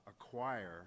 acquire